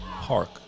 Park